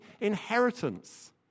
inheritance